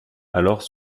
alors